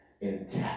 intact